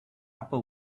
upper